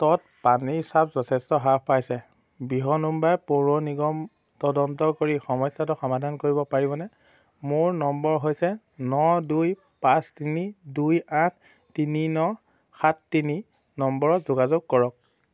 তত পানীৰ চাপ যথেষ্ট হ্ৰাস পাইছে বৃহন্মুম্বাই পৌৰ নিগম তদন্ত কৰি সমস্যাটো সমাধান কৰিব পাৰিবনে মোৰ নম্বৰ হৈছে ন দুই পাঁচ তিনি দুই আঠ তিনি ন সাত তিনি নম্বৰত যোগাযোগ কৰক